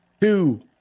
two